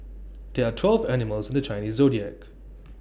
there are twelve animals in the Chinese Zodiac